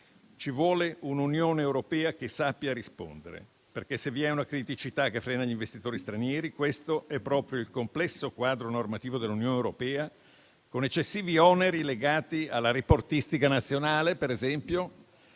Ci vuole un'Unione europea che sappia rispondere, perché, se vi è una criticità che frena gli investitori stranieri, questa è proprio il complesso quadro normativo dell'Unione europea, con oneri eccessivi legati alla reportistica nazionale, per esempio